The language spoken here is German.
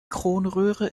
kronröhre